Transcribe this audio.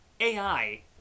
AI